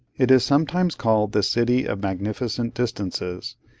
it is sometimes called the city of magnificent distances,